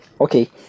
Okay